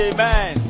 Amen